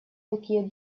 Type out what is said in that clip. такие